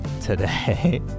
today